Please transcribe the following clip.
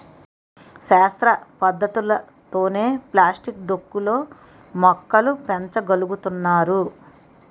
శాస్త్ర పద్ధతులతోనే ప్లాస్టిక్ డొక్కు లో మొక్కలు పెంచ గలుగుతున్నారు